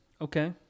Okay